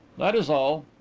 that is all.